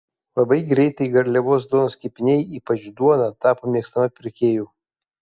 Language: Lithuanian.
labai greitai garliavos duonos kepiniai ypač duona tapo mėgstama pirkėjų